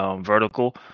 vertical